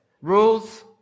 Rules